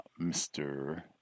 Mr